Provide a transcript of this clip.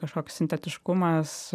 kažkoks sintetiškumas